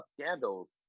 scandals